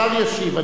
השר ישיב.